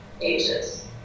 ages